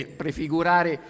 prefigurare